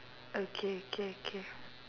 okay okay okay